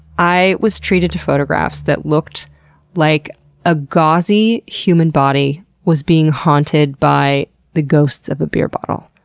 i was treated to photographs that looked like a gauzy human body was being haunted by the ghosts of a beer bottle.